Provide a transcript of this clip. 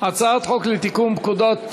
הצעת חוק לתיקון פקודות